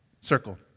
circle